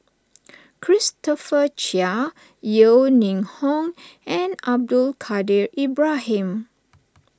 Christopher Chia Yeo Ning Hong and Abdul Kadir Ibrahim